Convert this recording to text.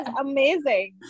amazing